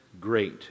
great